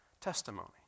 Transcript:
Testimony